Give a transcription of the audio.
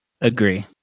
Agree